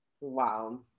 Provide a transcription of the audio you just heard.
wow